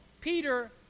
Peter